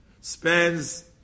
spends